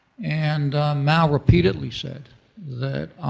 and mao repeatedly said that